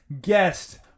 guest